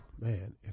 Man